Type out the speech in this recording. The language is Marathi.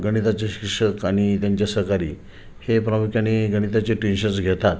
गणिताचे शिक्षक आणि त्यांचे सहकारी हे प्रामुख्याने गणिताचे ट्यूशन्स घेतात